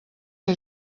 que